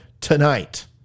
tonight